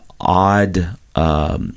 odd –